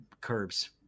curbs